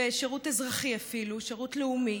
ושירות אזרחי אפילו, שירות לאומי,